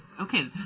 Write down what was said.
Okay